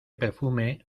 perfume